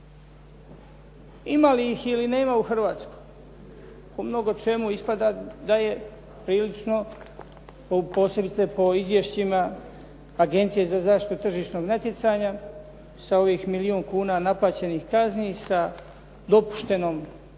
Ima li ih ili nema u Hrvatskoj. Po mnogo čemu ispada da je prilično, posebice po izvješćima Agencije za zaštitu tržišnog natjecanja sa ovih milijun kuna naplaćenih kazni, sa dopuštenom